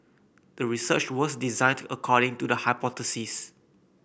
the research was designed according to the hypothesis